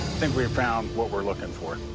think we found what we're looking for.